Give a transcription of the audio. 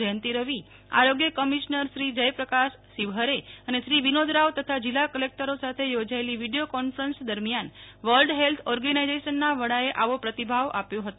જયંતી રવિ આરોગ્ય કમિશનર શ્રી જયપ્રકાશ શિવહરે અને શ્રી વિનોદ રાવ તથા જિલ્લા કલેકટરો સાથે યોજાયેલી વિડીયો કોન્ફરન્સ દરમિયાન વર્લ્ડ હેલ્થ ઓર્ગેનાઈઝેશનના વડાએ આવો પ્રતિભાવ આપ્યો હતો